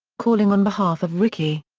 calling on behalf of rickey.